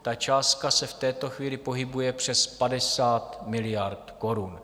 Ta částka se v této chvíli pohybuje přes 50 miliard korun.